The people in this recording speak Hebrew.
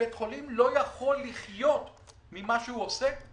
שבית חולים לא יכול לחיות ממה שהוא עושה,